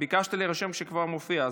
ביקשת להירשם כשכבר הופיע.